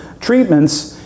treatments